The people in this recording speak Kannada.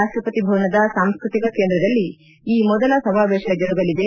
ರಾಷ್ಟಪತಿ ಭವನದ ಸಾಂಸ್ಕೃತಿಕ ಕೇಂದ್ರದಲ್ಲಿ ಈ ಮೊದಲ ಸಮಾವೇತ ಜರುಗಲಿದೆ